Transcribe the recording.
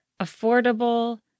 affordable